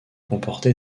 comporter